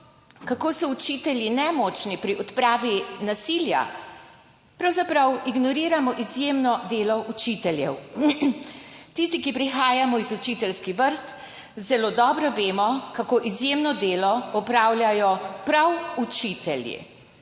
kako so učitelji nemočni pri odpravi nasilja, pravzaprav ignoriramo izjemno delo učiteljev. Tisti, ki prihajamo iz učiteljskih vrst, zelo dobro vemo, kako izjemno delo opravljajo prav učitelji,